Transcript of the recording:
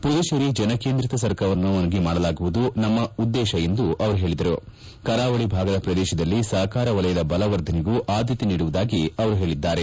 ಮದುಚೇರಿ ಜನಕೇಂದ್ರೀತ ಸರ್ಕಾರವನ್ನಾಗಿ ಮಾಡುವುದು ನಮ್ಮ ಉದ್ದೇಶ ಎಂದು ಪೇಳಿದ ಅವರು ಕರಾವಳಿ ಭಾಗದ ಪ್ರದೇಶದಲ್ಲಿ ಸಹಕಾರ ವಲಯದ ಬಲವರ್ಧನೆಗೂ ಆದ್ದತೆ ನೀಡುವುದಾಗಿ ಹೇಳಿದ್ದಾರೆ